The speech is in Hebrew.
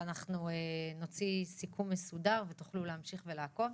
אנחנו נוציא סיכום מסודר ותוכלו להמשיך לעקוב.